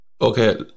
Okay